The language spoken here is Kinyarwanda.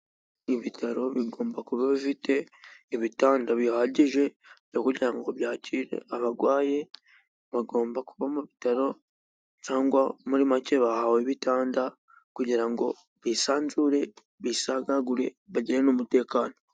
Ibitaro bigomba kuba bifite ibitanda bihagije byo kugira ngo byakire abarwayi bagomba kuba mu bitaro cyangwa muri macye bahawe ibitanda kugira ngo bisanzure, bisagagure bagire n'umutekano.